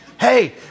Hey